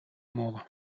мова